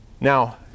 Now